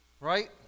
Right